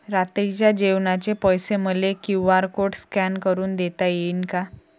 रात्रीच्या जेवणाचे पैसे मले क्यू.आर कोड स्कॅन करून देता येईन का?